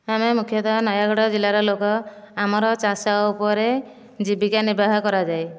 ଆମେ ମୁଖତଃ ନୟାଗଡ଼ ଜିଲ୍ଲାର ଲୋକ ଆମର ଚାଷ ଉପରେ ଜୀବିକା ନିର୍ବାହ କରାଯାଏ